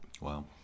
Wow